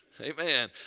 Amen